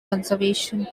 conservation